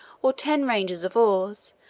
or ten, ranges of oars,